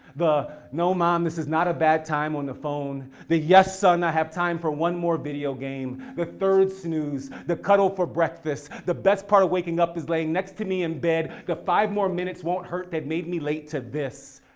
the no man, this is not a bad time on the phone, the yes, son, i have time for one more video game. the third snooze, the cuddle for beakfast, the best part of waking up is laying next to me in bed, the five more minutes won't hurt that made me late to this.